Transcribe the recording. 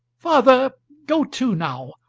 father, go to now,